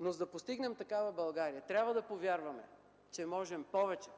но за да постигнем такава България, трябва да повярваме, че можем повече,